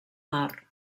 mar